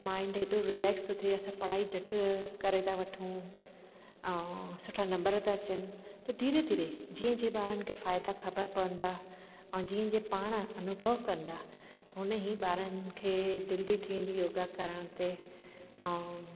mind हेॾो relax थो थिए असां पढ़ाई झटि करे था वठूं ऐं सुठा नम्बर था अचनि त धीरे धीरे जीअं जीअं ॿारनि खे फ़ाइदा ख़बर पवंदा ऐं जीअं जीअं पाण अनुभव कंदा हुन ई ॿारनि खे दिलि बि थींदी योगा करण ते ऐं